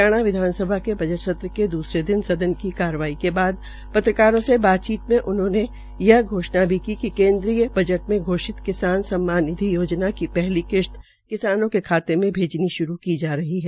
हरियाणा विधानसभा के बजट के दुसरे दिन की कार्रवाई के बाद पत्रकारों से बातचीत में उनहोंने यह घोषणा भी की कि केन्द्रीय बजट में घोषित की पहली किश्त किसानों के खाते में भेजनी श्रू कर जा रही है